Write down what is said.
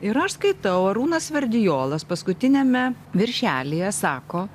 ir aš skaitau arūnas sverdiolas paskutiniame viršelyje sako